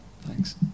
Thanks